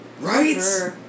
Right